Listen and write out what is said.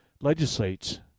legislates